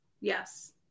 Yes